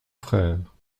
frère